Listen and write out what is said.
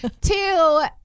two